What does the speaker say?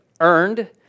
earned